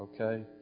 Okay